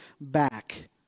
back